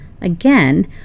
Again